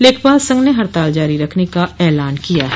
लेखपाल संघ ने हड़ताल जारी रखने का ऐलान किया है